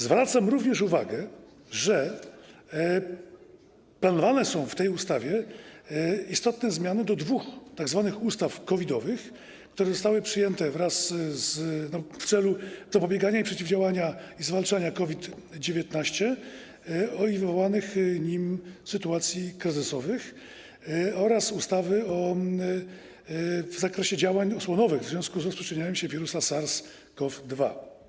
Zwracam również uwagę, że planowane są w tej ustawie istotne zmiany do dwóch tzw. ustaw COVID-owych, które zostały przyjęte w celu zapobiegania, przeciwdziałania i zwalczania COVID-19 i wywołanych nim sytuacji kryzysowych oraz w zakresie działań osłonowych w związku z rozprzestrzenianiem się wirusa SARS-CoV-2.